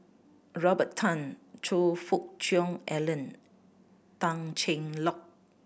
Robert Tan Choe Fook Cheong Alan Tan Cheng Lock